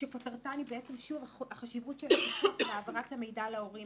שכותרתן היא החשיבות של הפיקוח והעברת המידע להורים.